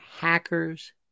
hackers